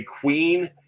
queen